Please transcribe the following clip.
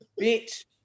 Bitch